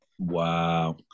Wow